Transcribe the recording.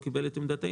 והוא קיבל את עמדתנו,